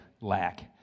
lack